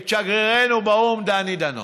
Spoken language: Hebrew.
את שגרירנו באו"ם דני דנון.